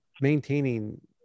maintaining